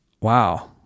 wow